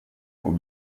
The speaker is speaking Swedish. och